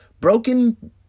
Broken